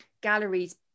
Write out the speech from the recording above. galleries